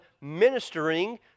ministering